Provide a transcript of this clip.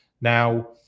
Now